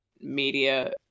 media